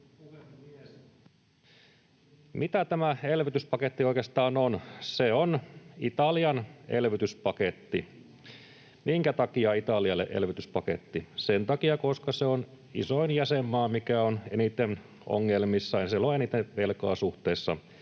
Mikä tämä elvytyspaketti oikeastaan on? Se on Italian elvytyspaketti. Minkä takia Italialle elvytyspaketti? Sen takia, koska se on isoin jäsenmaa, joka on eniten ongelmissa, ja siellä on eniten velkaa suhteessa